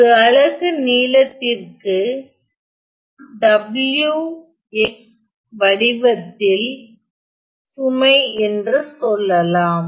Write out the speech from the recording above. ஒரு அலகு நீளத்திற்கு w x வடிவத்தில் சுமை என்று சொல்லலாம்